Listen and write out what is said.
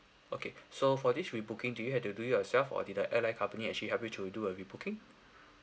okay so for this re-booking do you had to do it yourself or did the airline company actually help you to do a re-booking